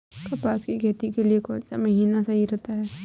कपास की खेती के लिए कौन सा महीना सही होता है?